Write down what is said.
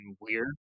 weird